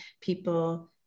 people